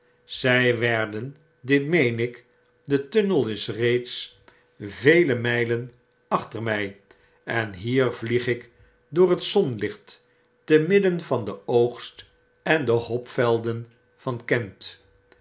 zij werden dit meen ik de tunnel is reeds vele mijlen achter mjjj en hier vlieg ik door het zonlicht te midden van den oogst en de hopvelden van kent